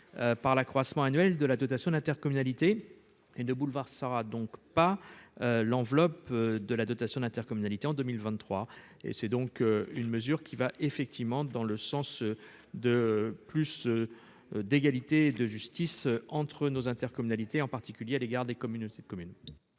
par l'accroissement annuel de la dotation d'intercommunalité et de boulevard sera donc pas l'enveloppe de la dotation d'intercommunalité en 2023 et c'est donc une mesure qui va effectivement dans le sens de plus d'égalité et de justice entre nos intercommunalités en particulier à l'égard des communautés de communes.